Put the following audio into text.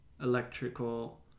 electrical